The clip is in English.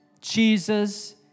Jesus